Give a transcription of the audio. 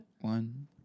One